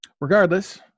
Regardless